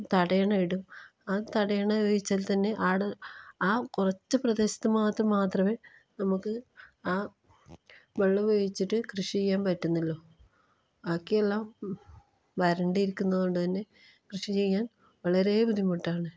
തടയണ ഇടും ആ തടയണ ഉപയോഗിച്ചാൽ തന്നെ ആള് ആ കുറച്ച് പ്രദേശത്ത് മാത്രം മാത്രമേ നമുക്ക് ആ വെള്ളമുപയോഗിച്ചിട്ട് കൃഷി ചെയ്യാൻ പറ്റുന്നുള്ളൂ ബാക്കിയെല്ലാം വരണ്ടിരിക്കുന്നത് കൊണ്ട് തന്നെ കൃഷി ചെയ്യാൻ വളരെ ബുദ്ധിമുട്ടാണ്